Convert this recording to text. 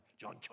John